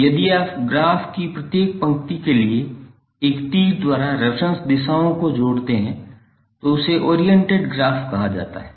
अब यदि आप ग्राफ की प्रत्येक पंक्ति के लिए एक तीर द्वारा रेफेरेंस दिशाओं को जोड़ते हैं तो इसे ओरिएंटेड ग्राफ कहा जाता है